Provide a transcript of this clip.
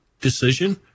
decision